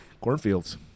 Cornfields